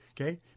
okay